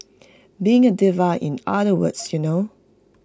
being A diva in other words you know